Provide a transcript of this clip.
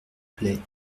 plait